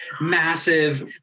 massive